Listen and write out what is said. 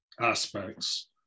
aspects